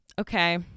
Okay